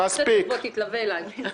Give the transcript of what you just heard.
אתה רוצה, תבוא תתלווה אליי.